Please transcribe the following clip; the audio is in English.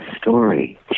story